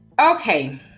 Okay